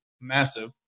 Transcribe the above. massive